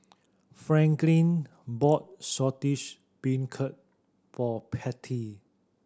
Franklyn bought Saltish Beancurd for Patty